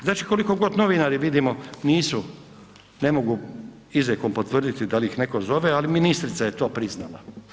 Znači koliko god novinari vidimo ne mogu izrijekom potvrditi da li ih neko zove, ali ministrica je to priznala.